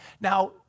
Now